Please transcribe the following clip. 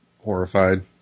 horrified